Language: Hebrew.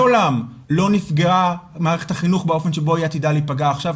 מעולם לא נפגעה מערכת החינוך באופן שבו היא עתידה להיפגע עכשיו,